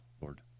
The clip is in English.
Lord